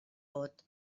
vot